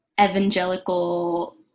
evangelical